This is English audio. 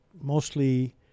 mostly